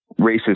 racist